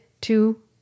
two